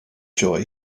joy